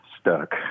stuck